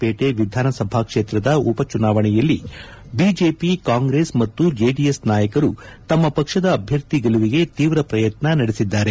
ಪೇಟೆ ವಿಧಾನಸಭಾ ಕ್ಷೇತ್ರದ ಉಪಚುನಾವಣೆಯಲ್ಲಿ ಬಿಜೆಪಿ ಕಾಂಗ್ರೆಸ್ ಮತ್ತು ಜೆಡಿಎಸ್ ನಾಯಕರು ತಮ್ಮ ಪಕ್ಷದ ಅಭ್ಯರ್ಥಿ ಗೆಲುವಿಗೆ ತೀವ್ರ ಪ್ರಯತ್ನ ನಡೆಸಿದ್ದಾರೆ